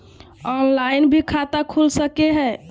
Online भी खाता खूल सके हय?